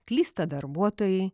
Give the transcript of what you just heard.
klysta darbuotojai